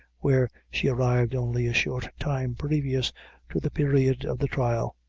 where she arrived only a short time previous to the period of the trial.